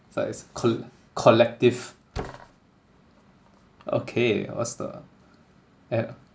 that is col~ collective okay what's the a~